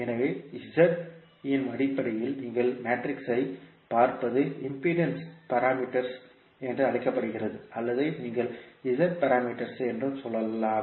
எனவே இன் அடிப்படையில் நீங்கள் மேட்ரிக்ஸைப் பார்ப்பது இம்பிடேன்ஸ் பாராமீட்டர்்ஸ் என்று அழைக்கப்படுகிறது அல்லது நீங்கள் z பாராமீட்டர்்ஸ் என்றும் சொல்லலாம்